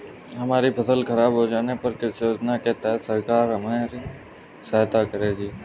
हमारी फसल खराब हो जाने पर किस योजना के तहत सरकार हमारी सहायता करेगी?